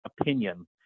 opinion